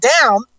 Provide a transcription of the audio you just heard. down